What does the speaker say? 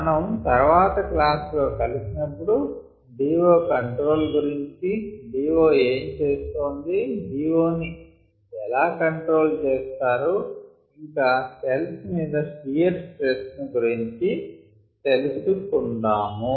మనం తర్వాతి క్లాస్ లో కలిసినప్పుడు DO కంట్రోల్ గురించి DO ఎం చేస్తోంది DO ని ఎలా కంట్రోల్ చేస్తారు ఇంకా సెల్స్ మీద షియర్ స్ట్రెస్ ను గురించి తెలిసుకుందాము